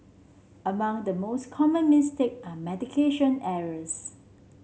among the most common mistake are medication errors